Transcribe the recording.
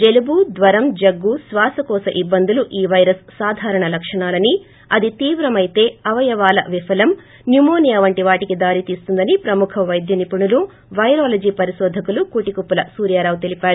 జలుబు జ్వరం దగ్గు శ్వాశకోశ ఇబ్బందులు ఈ వైరస్ సాధారణ లక్షణాలని అది తీవ్రమైతే అవయవాల విఫలం న్యుమోనియా వంటి వాటికి దారితీస్తుందని ప్రముఖ వైద్య నిపుణులు వైరాలజీ పరిశోధకులు కూటికుప్పల సూర్యారావు తెలిపారు